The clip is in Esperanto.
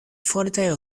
fortaj